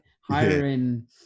hiring